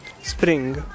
Spring